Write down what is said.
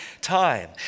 time